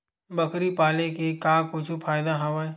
बकरी पाले ले का कुछु फ़ायदा हवय?